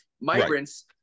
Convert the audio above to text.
migrants